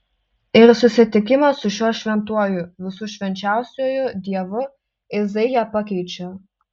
ir susitikimas su šiuo šventuoju visų švenčiausiuoju dievu izaiją pakeičia